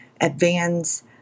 advance